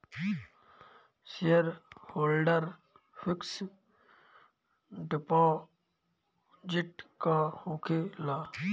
Shareholder fix deposit का होखे ला?